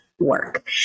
work